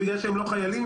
בגלל שהם לא חיילים,